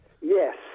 Yes